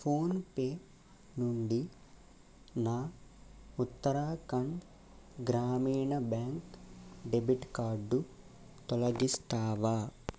PhonePe నుండి నా ఉత్తరాఖండ్ గ్రామీణ బ్యాంక్ డెబిట్ కార్డు తొలగిస్తావా